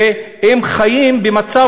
והם חיים במצב